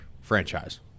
franchise